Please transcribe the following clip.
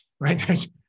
right